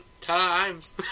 Times